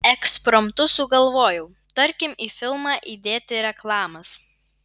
ekspromtu sugalvojau tarkim į filmą įdėti reklamas